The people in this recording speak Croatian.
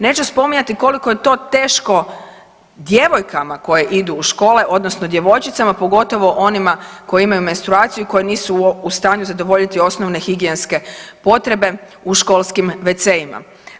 Neću spominjati koliko je to teško djevojkama koje idu u škole odnosno djevojčicama pogotovo onima koje imaju menstruaciju i koje nisu u stanju zadovoljiti osnovne higijenske potrebe u školskim wc-ima.